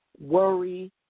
worry